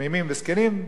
תמימים וזקנים,